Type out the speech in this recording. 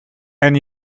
and